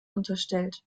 unterstellt